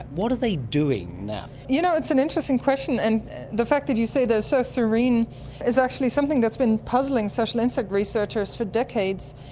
what are they doing now? you know it's an interesting question, and the fact that you say they're so serene is actually something that's been puzzling social insect researchers for decades.